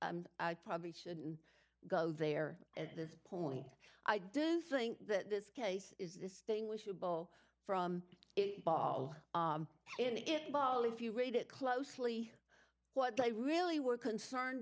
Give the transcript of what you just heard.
probably shouldn't go there at this point i do think that this case is this thing we should pull from it all and it all if you read it closely what they really were concerned